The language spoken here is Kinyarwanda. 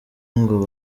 ngo